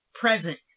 present